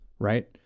right